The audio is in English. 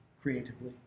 creatively